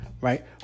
right